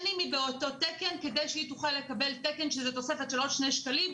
שנים היא באותו תקן כדי שהיא תוכל לקבל תקן שזה תוספת של עוד שני שקלים,